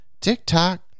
TikTok